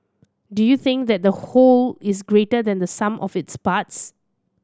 do you think that the whole is greater than the sum of its parts